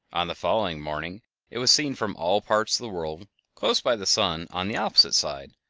on the following morning it was seen from all parts of the world close by the sun on the opposite side,